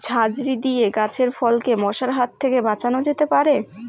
ঝাঁঝরি দিয়ে গাছের ফলকে মশার হাত থেকে বাঁচানো যেতে পারে?